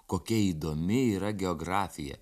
kokia įdomi yra geografija